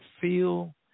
feel